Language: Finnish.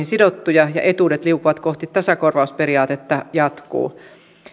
sidottuja ja etuudet liukuvat kohti tasakorvausperiaatetta jatkuu